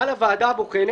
על הוועדה הבוחנת,